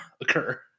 occur